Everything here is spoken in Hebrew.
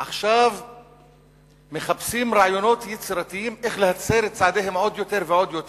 עכשיו מחפשים רעיונות יצירתיים איך להצר את צעדיהם עוד יותר ועוד יותר.